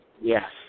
yes